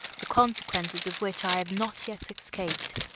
the consequences of which i have not yet escaped,